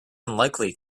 unlikely